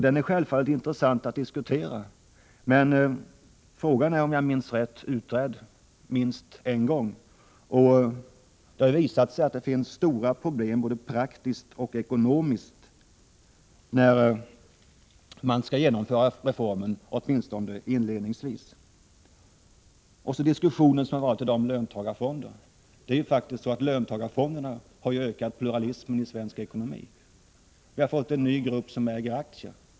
Den är självfallet intressant att diskutera, men den är, om jag minns rätt, utredd minst en gång. Det har visat sig att det är stora problem både praktiskt och ekonomiskt med en sådan reform, åtminstone inledningsvis. Slutligen ett par ord om löntagarfonderna, som också har diskuterats i dag. Löntagarfonderna har ökat pluralismen i svensk ekonomi. Vi har fått en ny grupp som äger aktier.